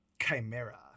Chimera